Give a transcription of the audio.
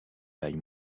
taille